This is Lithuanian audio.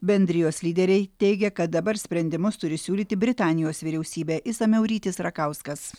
bendrijos lyderiai teigia kad dabar sprendimus turi siūlyti britanijos vyriausybė išsamiau rytis rakauskas